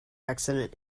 accident